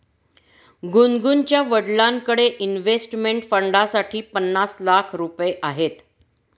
गुनगुनच्या वडिलांकडे इन्व्हेस्टमेंट फंडसाठी पन्नास लाख रुपये आहेत